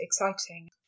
exciting